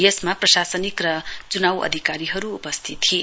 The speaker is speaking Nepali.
यसमा प्रशासनिक र चुनाउ अधिकारीहरू उपस्थित थिए